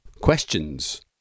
Questions